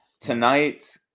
Tonight